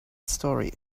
story